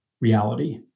reality